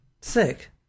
Sick